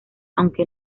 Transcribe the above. aunque